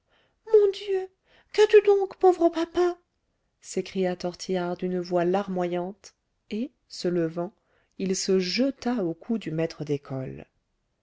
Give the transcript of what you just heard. mon dieu qu'as-tu donc pauvre papa s'écria tortillard d'une voix larmoyante et se levant il se jeta au cou du maître d'école